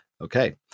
Okay